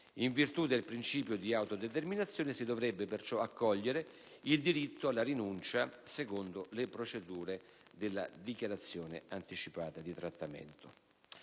In virtù del principio di autodeterminazione, si dovrebbe perciò accogliere il diritto alla rinuncia secondo le procedure della dichiarazione anticipata di trattamento.